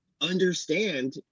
understand